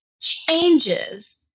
changes